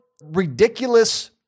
ridiculous